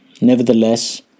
Nevertheless